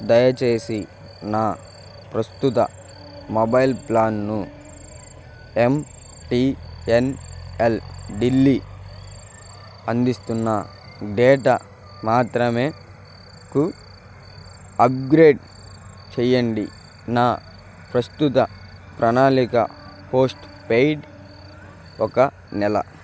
దయచేసి నా ప్రస్తుత మొబైల్ ప్లాన్ను ఎంటీఎన్ఎల్ ఢిల్లీ అందిస్తున్న డేటా మాత్రమే కు అప్గ్రేడ్ చెయ్యండి నా ప్రస్తుత ప్రణాళిక పోస్ట్ పెయిడ్ ఒక నెల